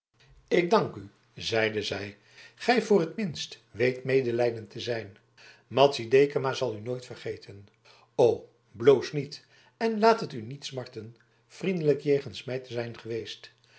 ik dank u zeide zij gij voor t minst weet medelijdend te zijn madzy dekama zal u nooit vergeten o bloos niet en laat het u niet smarten vriendelijk jegens mij te zijn geweest